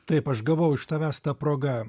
taip aš gavau iš tavęs ta proga